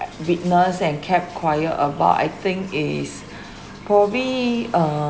uh witnessed and kept quiet about I think is probably uh